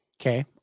okay